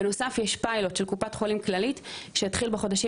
בנוסף יש פיילוט של קופת-חולים כללית שהתחיל בחודשים